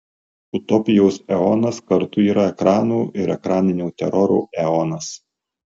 utopijos eonas kartu yra ekrano ir ekraninio teroro eonas